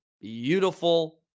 beautiful